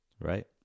right